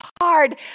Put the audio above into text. hard